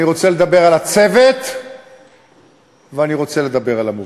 אני רוצה לדבר על הצוות ואני רוצה לדבר על המוביל.